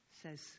says